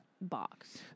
box